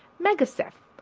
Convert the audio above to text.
megaceph,